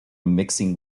mixing